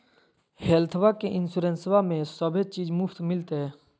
हेल्थबा के इंसोरेंसबा में सभे चीज मुफ्त मिलते?